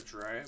right